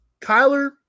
Kyler